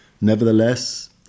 Nevertheless